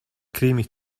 creamy